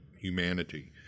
humanity